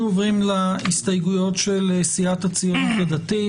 אנחנו עוברים להסתייגויות של סיעת הציונות הדתית.